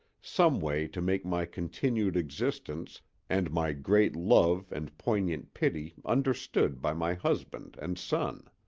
some way to make my continued existence and my great love and poignant pity understood by my husband and son.